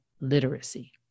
literacy